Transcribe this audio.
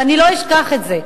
ואני לא אשכח את זה.